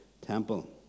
temple